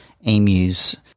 emus